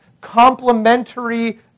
complementary